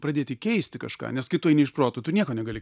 pradėti keisti kažką nes kai tu eini iš proto tu nieko negali